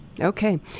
Okay